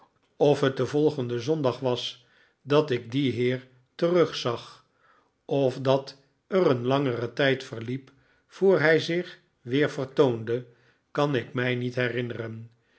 of het den volgenden zondag was dat ik dien heer terugzag of dat er een langere tijd verliep voor hij zich weer vertoonde kan ik mij niet herinneren